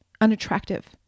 unattractive